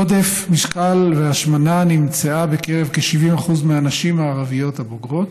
עודף משקל והשמנה נמצאו בקרב כ-70% מהנשים הערביות הבוגרות,